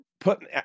Put